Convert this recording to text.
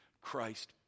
Christ